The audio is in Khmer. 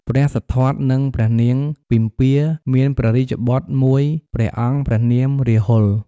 ព្រះសិទ្ធត្ថ និងព្រះនាងពិម្ពា មានព្រះរាជបុត្រមួយព្រះអង្គព្រះនាម រាហុល។